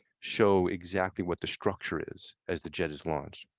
show exactly what the structure is as the jet is launched.